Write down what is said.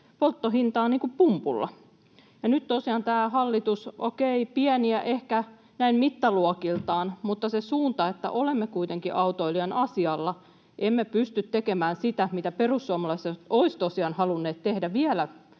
Nyt tosiaan tämä hallitus — okei, pieniä ehkä näin mittaluokiltaan, mutta se suunta on, että olemme kuitenkin autoilijan asialla. Emme pysty tekemään sitä, mitä perussuomalaiset olisivat tosiaan halunneet tehdä — vielä